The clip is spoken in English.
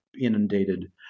inundated